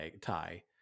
tie